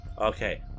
Okay